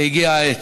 והגיעה העת.